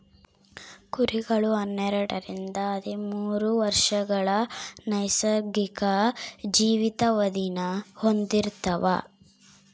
ಕುರಿಗಳು ಹನ್ನೆರಡರಿಂದ ಹದಿಮೂರು ವರ್ಷಗಳ ನೈಸರ್ಗಿಕ ಜೀವಿತಾವಧಿನ ಹೊಂದಿರ್ತವ